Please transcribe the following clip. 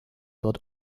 dort